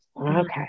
Okay